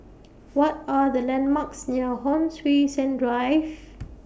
What Are The landmarks near Hon Sui Sen Drive